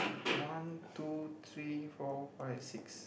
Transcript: one two three four five six